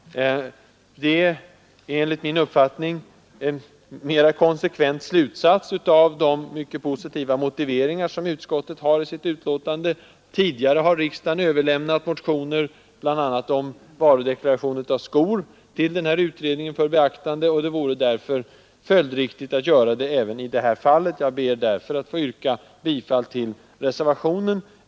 Det är enligt min uppfattning en mer konsekvent slutsats av de mycket positiva motiveringar som utskottet har i sitt betänkande. Tidigare har riksdagen överlämnat motioner, bl.a. om varudeklaration av skor, till denna utredning för beaktande, och det vore därför följdriktigt att göra det även i detta fall. Jag ber därför att få yrka bifall till reservationen.